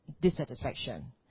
dissatisfaction